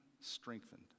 strengthened